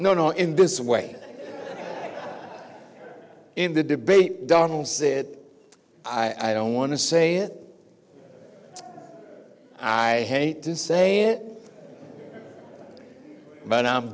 no no in this way in the debate donald said i don't want to say it i hate to say it but